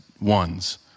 ones